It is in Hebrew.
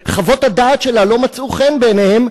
שחוות-הדעת שלה לא מצאה חן בעיניהן,